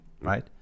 right